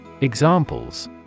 Examples